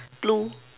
blue